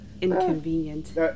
inconvenient